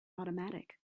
automatic